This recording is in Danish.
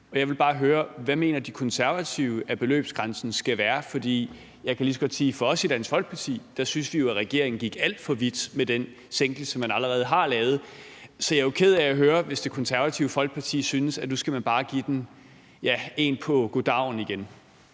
og jeg vil bare høre: Hvad mener De Konservative at beløbsgrænsen skal være? For jeg kan lige så godt sige, at vi i Dansk Folkeparti synes, at regeringen gik alt for vidt med den sænkelse, man allerede har lavet. Så jeg er jo ked af at høre, hvis Det Konservative Folkeparti synes, at nu skal man bare give den én på goddagen igen.